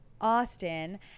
Austin